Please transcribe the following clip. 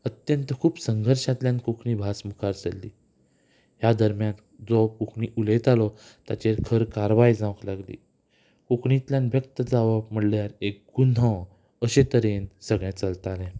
अत्यंत खूब संघर्शांतल्यान कोंकणी भास मुखार सरली ह्या दरम्यान जो कोंकणी उलयतालो ताचेर खर कारवाय जावंक लागली कोंकणींतल्यान व्यक्त जावप म्हणल्यार एक गुन्हा अशे तरेन सगळें चलतालें